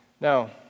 Now